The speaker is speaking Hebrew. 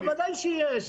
בוודאי שיש.